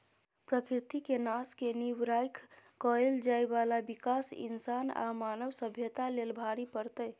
प्रकृति के नाश के नींव राइख कएल जाइ बाला विकास इंसान आ मानव सभ्यता लेल भारी पड़तै